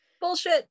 bullshit